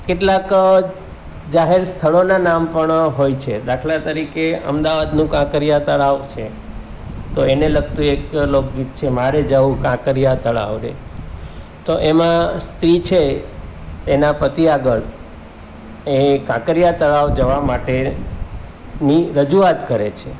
કેટલાક જાહેર સ્થળોનાં નામ પણ હોય છે દાખલા તરીકે અમદાવાદનું કાંકરિયા તળાવ છે તો એને લગતું એક લોકગીત છે મારે જાવું કાંકરિયા તળાવ રે તો એમાં સ્ત્રી છે એના પતિ આગળ એ કાંકરિયા તળાવ જવા માટેની રજૂઆત કરે છે